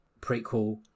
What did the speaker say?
prequel